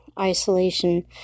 isolation